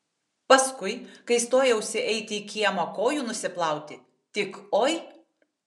paskui kai stojausi eiti į kiemą kojų nusiplauti tik oi